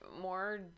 more